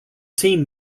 team